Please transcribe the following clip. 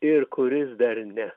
ir kuris dar ne